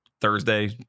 Thursday